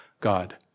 God